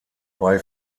bei